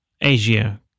Asia